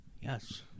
Yes